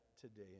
today